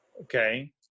okay